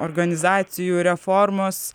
organizacijų reformos